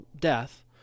death